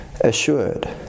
assured